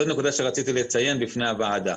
זו נקודה שרציתי לציין בפני הוועדה,